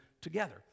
together